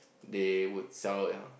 they would sell it ah